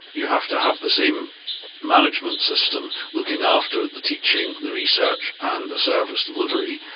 you have to have the same management system looking after the teaching, the research and the service delivery.